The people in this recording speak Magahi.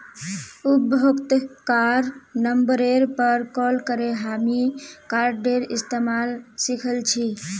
उपभोक्तार नंबरेर पर कॉल करे हामी कार्डेर इस्तमाल सिखल छि